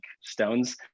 stones